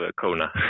Kona